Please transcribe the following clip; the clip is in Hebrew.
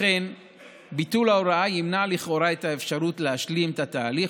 לכן ביטול ההוראה ימנע לכאורה את האפשרות להשלים את התהליך